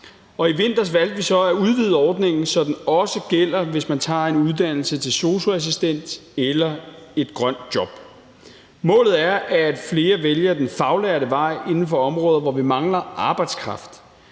I vinters valgte vi så at udvide ordningen, så den også gælder, hvis man tager en uddannelse til sosu-assistent eller til et grønt job. Målet er, at flere vælger den faglærte vej inden for områder, hvor vi mangler arbejdskraft.